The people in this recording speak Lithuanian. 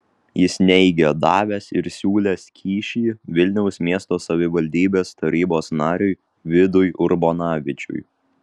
jis neigė davęs ir siūlęs kyšį vilniaus miesto savivaldybės tarybos nariui vidui urbonavičiui